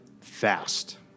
fast